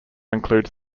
includes